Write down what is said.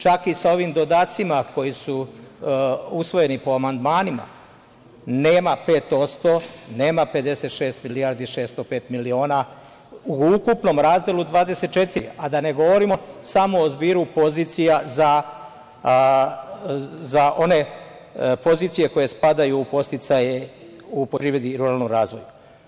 Čak i sa ovim dodacima koji su usvojeni po amandmanima, nema 5%, nema 56.605.000.000 u ukupnom razdelu 24, a da ne govorim samo o zbiru pozicija za one pozicije koje spadaju u podsticaje u poljoprivredi i ruralnom razvoju.